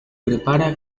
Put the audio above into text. prepara